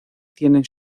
tienen